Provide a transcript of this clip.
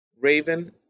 Raven